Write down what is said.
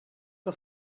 que